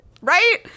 Right